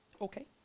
Okay